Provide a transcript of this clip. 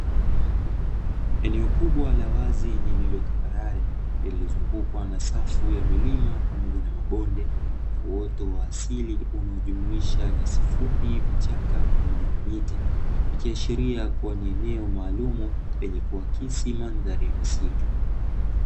Eneo kubwa la wazi lililozungukwa na tambarare na safu ya milima pamoja na mabonde na uwoto wa asili ukijumuisha nyasi, vichaka pamoja na miti, ikiashiria ni eneo maalumu lenye kuakisi mandhari ya misitu.